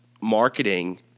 marketing